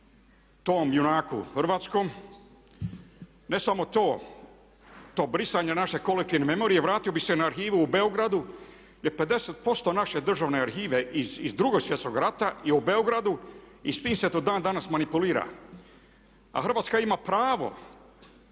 tom junaku hrvatskom? Ne samo to, to brisanje naše kolektivne memorije, vratio bih se na arhivu u Beogradu gdje 50% naše državne arhive iz 2. svjetskog rata je u Beogradu i s tim se do dan danas manipulira. A Hrvatska ima pravo